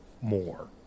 more